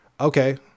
Okay